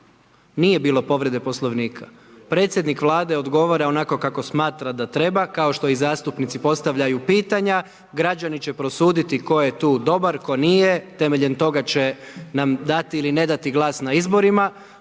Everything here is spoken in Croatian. Nije bilo povrede Poslovnika, predsjednik Vlade odgovara onako kako smatra da treba kao što zastupnici postavljaju pitanja, građani će prosuditi tko je tu dobar, tko nije, temeljem toga će nam dati ili ne dati glas na izborima